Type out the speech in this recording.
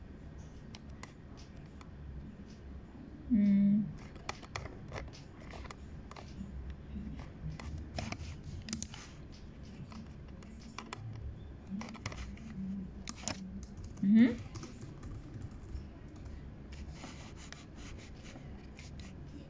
mm mmhmm